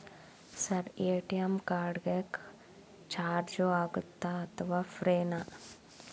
Sir ATM card ಗೆ charge ಆಗುತ್ತಾ ಅಥವಾ ಫ್ರೇ ನಾ?